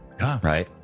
right